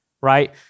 right